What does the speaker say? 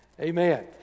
Amen